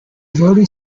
voting